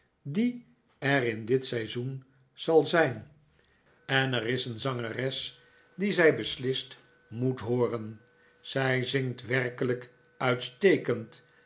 die er in dit seizoen zal zijn en er david copper field is een zangeres die zij beslist moet hooren zij zingt werkelijk uitstekend